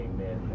Amen